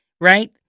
right